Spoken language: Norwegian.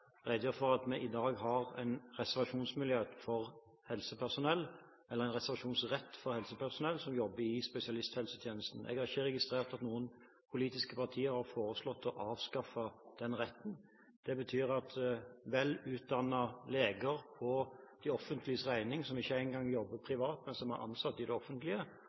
redegjøre for at vi i dag har en reservasjonsrett for helsepersonell som jobber i spesialisthelsetjenesten. Jeg har ikke registrert at noen politiske partier har foreslått å avskaffe den retten. Det betyr at vel utdannede leger på de offentliges regning, som ikke en gang jobber privat, men som er ansatt i det offentlige,